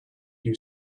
you